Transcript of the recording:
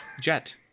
jet